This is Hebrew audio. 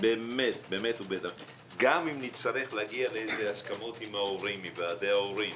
גם אם נצטרך להגיע לאיזה הסכמות עם ההורים וועדי ההורים